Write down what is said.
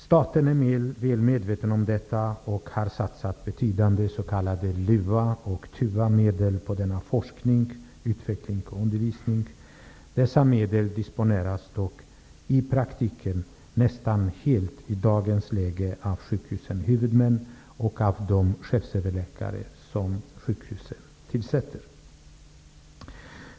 Staten är väl medveten om detta och har satsat betydande s.k. LUA och TUA-medel på denna forskning, utveckling och undervisning. Dessa medel disponeras dock i praktiken nästan helt i dagens läge av sjukvårdens huvudmän och de chefsöverläkare som sjukhusen tillsätter.